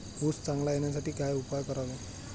ऊस चांगला येण्यासाठी काय उपाय करावे?